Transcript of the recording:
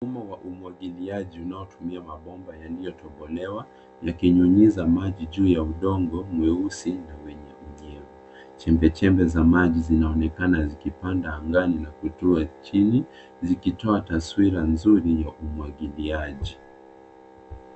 Mfumo wa umwangiliaji unaotumia mambomba yalio tombolewa, ya kinyunyiza maji juu ya udongo mweusi, unyevunyevu .Chembe chembe za maji zinaoneka zikipanda angani na kutua chini zikitoa taswira nzuri ya umwangiliaji.